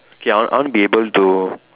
okay I want I want be able to